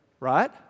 Right